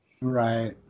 Right